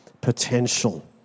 potential